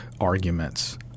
arguments